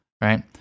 right